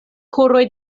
koroj